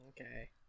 Okay